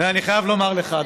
אני חייב לומר לך,